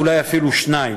ואולי אפילו שניים,